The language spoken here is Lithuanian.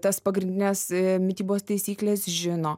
tas pagrindines mitybos taisykles žino